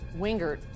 Wingert